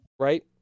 Right